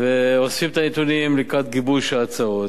ואוספים את הנתונים לקראת גיבוש ההצעות.